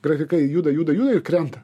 grafikai juda juda juda ir krenta